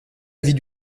l’avis